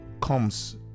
comes